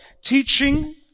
teaching